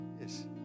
Yes